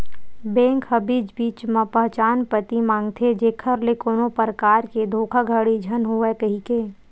bank ह बीच बीच म पहचान पती मांगथे जेखर ले कोनो परकार के धोखाघड़ी झन होवय कहिके